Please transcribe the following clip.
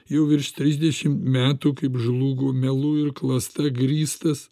jau virš trisdešimt metų kaip žlugo melu ir klasta grįstas